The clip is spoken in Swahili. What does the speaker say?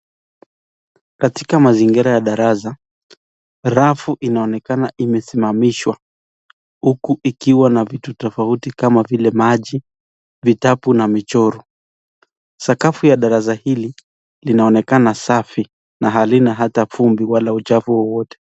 Katika mazingira ya darasa, rafu inaonekana imesimamishwa huku ikiwa na vitu tofauti kama vile maji, vitabu na michoro. Sakafu ya darasa hili linaonekana safi na halina hata vumbi wala uchafu wowote.